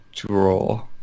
Draw